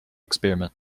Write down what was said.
experiment